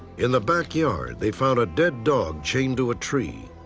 in the backyard, they found a dead dog chained to a tree.